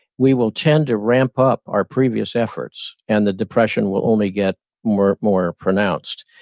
we will tend to ramp up our previous efforts, and the depression will only get more more pronounced.